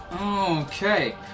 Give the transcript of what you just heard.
Okay